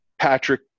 Patrick